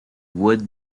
wood